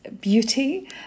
beauty